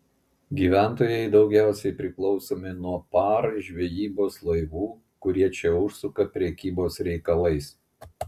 gyventojai daugiausiai priklausomi nuo par žvejybos laivų kurie čia užsuka prekybos reikalais